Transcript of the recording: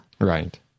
Right